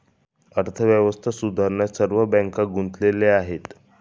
अर्थव्यवस्था सुधारण्यात सर्व बँका गुंतलेल्या आहेत